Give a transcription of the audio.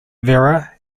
vera